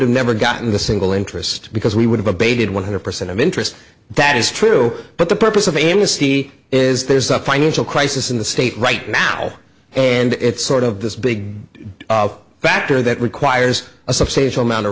have never gotten a single interest because we would have abated one hundred percent of interest that is true but the purpose of amnesty is there's a financial crisis in the state right now and it's sort of this big factor that requires a substantial amount of